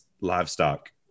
livestock